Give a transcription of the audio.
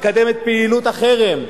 לקדם את פעילות החרם.